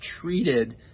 treated